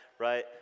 right